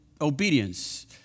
obedience